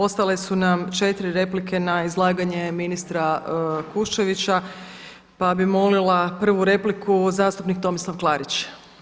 Ostale su nam četiri replike na izlaganje ministra Kuščevića, pa bi molila prvu repliku zastupnik Tomislav Klarić.